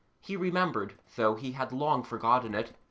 he remembered, though he had long forgotten it,